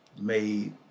made